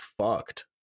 fucked